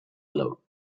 allowed